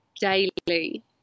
daily